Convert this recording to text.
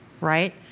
right